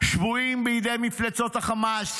שבויים בידי מפלצות החמאס